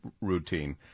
routine